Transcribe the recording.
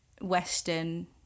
Western